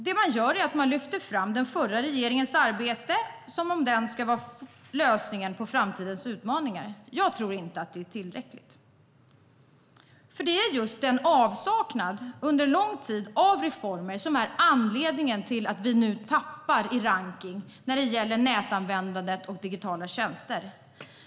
Det man gör är att man lyfter fram den förra regeringens arbete som om det skulle vara lösningen på framtidens utmaningar. Jag tror inte att det är tillräckligt. Det är just avsaknaden av reformer under lång tid som är anledningen till att vi nu tappar i rankning när det gäller nätanvändandet och digitala tjänster.